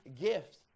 gift